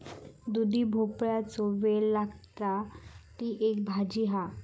दुधी भोपळ्याचो वेल लागता, ती एक भाजी हा